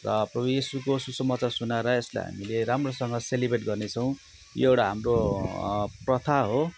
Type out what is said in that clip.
प्रभु इसुको सुसमाचार सुनाएर यसलाई हामीले राम्रोसँग सेलिब्रेट गर्नेछौँ यो एउटा हाम्रो प्रथा हो